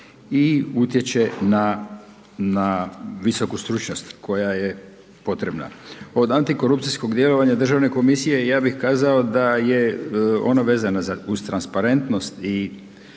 i utječe na visoku stručnost koja je potrebna. Od antikorupcijskog djelovanja Državne komisije, ja bih kazao da je ona vezana uz transparentnost i